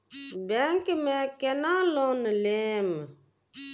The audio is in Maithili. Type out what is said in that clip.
बैंक में केना लोन लेम?